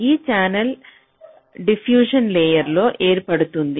ఈ channel diffusion layer లో ఏర్పడుతుంది